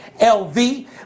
LV